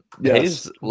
Yes